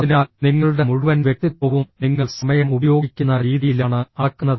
അതിനാൽ നിങ്ങളുടെ മുഴുവൻ വ്യക്തിത്വവും നിങ്ങൾ സമയം ഉപയോഗിക്കുന്ന രീതിയിലാണ് അളക്കുന്നത്